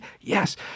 Yes